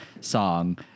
song